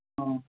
ہاں